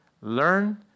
Learn